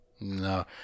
no